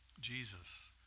Jesus